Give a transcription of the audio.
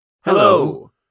hello